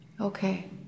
Okay